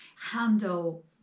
handle